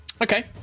Okay